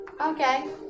Okay